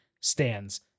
stands